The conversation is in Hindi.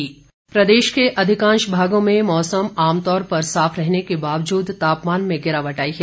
मौसम प्रदेश के अधिकांश भागों में मौसम आमतौर पर साफ रहने के बावजूद तापमान में गिरावट आई है